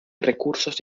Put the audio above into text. recursos